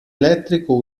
elettrico